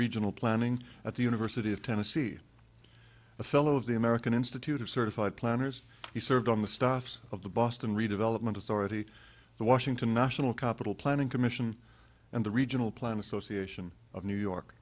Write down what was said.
regional planning at the university of tennessee a fellow of the american institute of certified planners he served on the stocks of the boston redevelopment authority the washington national capital planning commission and the regional planning association of new york